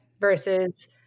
Versus